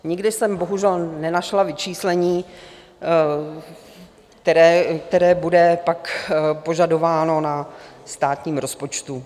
Nikde jsem bohužel nenašla vyčíslení, které bude pak požadováno na státním rozpočtu.